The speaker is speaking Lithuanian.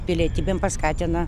pilietybėm paskatina